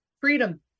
Freedom